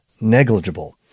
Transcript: negligible